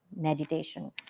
meditation